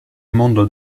mondo